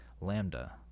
Lambda